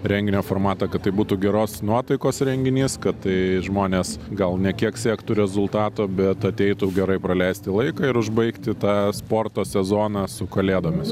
renginio formatą kad tai būtų geros nuotaikos renginys kad tai žmonės gal ne kiek siektų rezultato bet ateitų gerai praleisti laiką ir užbaigti tą sporto sezoną su kalėdomis